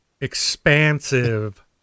Expansive